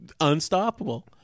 Unstoppable